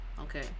Okay